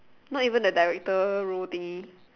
not even a director role thing